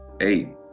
eight